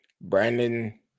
Brandon